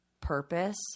purpose